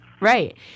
Right